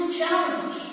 challenge